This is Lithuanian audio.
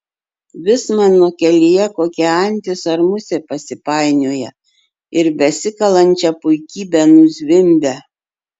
vis mano kelyje kokia antis ar musė pasipainioja ir besikalančią puikybę nuzvimbia